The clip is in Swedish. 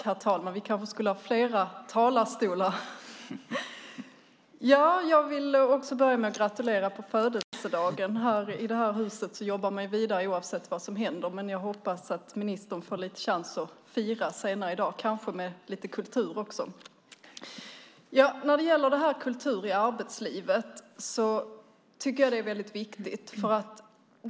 Herr talman! Också jag vill börja med att gratulera kulturministern på hennes födelsedag. I dag här huset jobbar man ju vidare oavsett vad som händer. Jag hoppas dock att ministern får en chans att fira senare i dag, kanske också med lite kultur. Jag tycker att Kultur i arbetslivet är viktigt.